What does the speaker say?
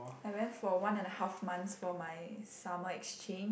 I went for one and a half months for my summer exchange